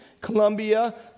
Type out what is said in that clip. Colombia